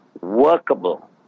workable